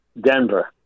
Denver